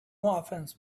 offense